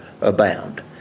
abound